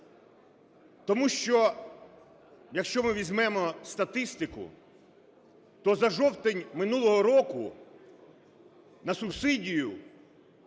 Тому що, якщо ми візьмемо статистику, то за жовтень минулого року на субсидію